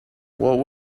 what